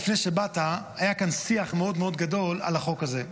לפני שבאת היה כאן שיח מאוד מאוד גדול על החוק הזה.